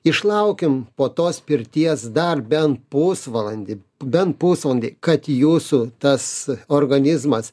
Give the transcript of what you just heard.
išlaukim po tos pirties dar bent pusvalandį bent pusvalandį kad jūsų tas organizmas